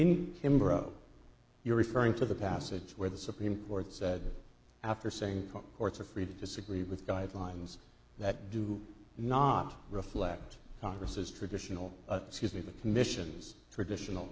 in kimbra you're referring to the passage where the supreme court said after saying the courts are free to disagree with guidelines that do not reflect congress's traditional excuse me the commission's traditional